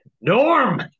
Norm